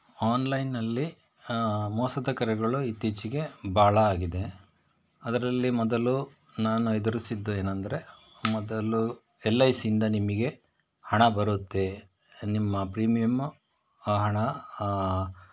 ಆನ್ಲೈನಲ್ಲಿ ಮೋಸದ ಕರೆಗಳು ಇತ್ತೀಚೆಗೆ ಭಾಳ ಆಗಿದೆ ಅದರಲ್ಲಿ ಮೊದಲು ನಾನು ಎದುರಿಸಿದ್ದು ಏನಂದರೆ ಮೊದಲು ಎಲ್ ಐ ಸಿ ಇಂದ ನಿಮಗೆ ಹಣ ಬರುತ್ತೆ ನಿಮ್ಮ ಪ್ರೀಮಿಯಮ್ಮು ಹಣ